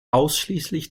ausschließlich